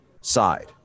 side